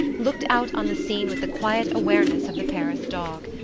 looked out on the scene with the quiet awareness of the paris dog.